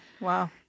Wow